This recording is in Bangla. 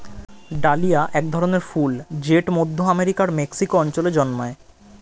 ডালিয়া এক ধরনের ফুল জেট মধ্য আমেরিকার মেক্সিকো অঞ্চলে জন্মায়